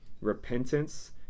Repentance